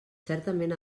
certament